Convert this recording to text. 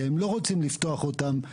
שהם לא רוצים לפתוח אותם למטמנות.